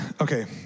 Okay